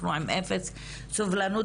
אנחנו עם אפס סובלנות.